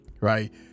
right